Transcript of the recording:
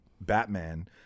Batman